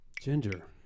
Ginger